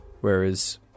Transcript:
Whereas